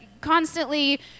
constantly